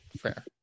Fair